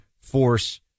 force